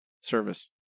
service